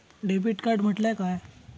Debit card म्हटल्या काय?